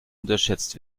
unterschätzt